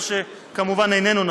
מה שכמובן איננו נכון.